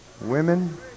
Women